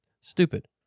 stupid